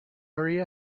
area